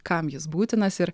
kam jis būtinas ir